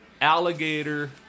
alligator